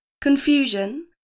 confusion